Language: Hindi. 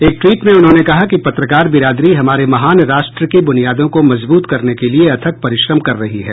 एक ट्वीट में उन्होंने कहा कि पत्रकार बिरादरी हमारे महान राष्ट्र की बूनियादों को मजबूत करने के लिए अथक परिश्रम कर रही है